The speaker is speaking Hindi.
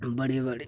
बड़े बड़े